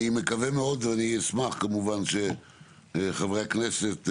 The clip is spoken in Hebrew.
אני מקווה מאוד ואני אשמח כמובן שחברי הכנסת,